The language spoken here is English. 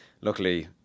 luckily